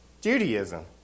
Judaism